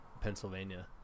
pennsylvania